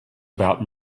about